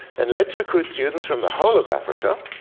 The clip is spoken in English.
and let's recruit students from the whole of africa,